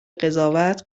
قضاوت